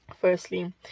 firstly